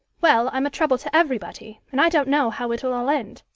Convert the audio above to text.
well, i'm a trouble to everybody, and i don't know how it'll all end.